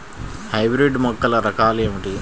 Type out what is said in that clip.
Hybrid మొక్కల రకాలు ఏమిటీ?